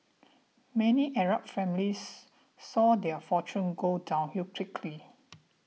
many Arab families saw their fortunes go downhill quickly